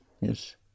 yes